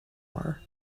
are